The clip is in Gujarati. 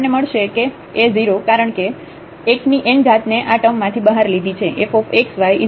આપણને મળશે કે a0 કારણ કે x ની n ઘાત ને આ ટર્મ માંથી બહાર લીધી છે